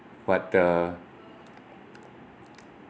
but the